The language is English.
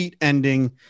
ending